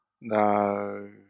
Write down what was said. No